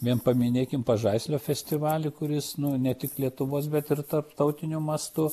vien paminėkim pažaislio festivalį kuris ne tik lietuvos bet ir tarptautiniu mastu